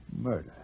Murder